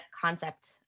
concept